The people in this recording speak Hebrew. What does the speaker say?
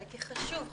כי חשוב,